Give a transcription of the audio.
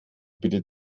bitte